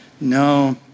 No